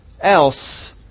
else